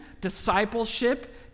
discipleship